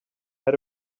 had